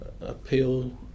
appeal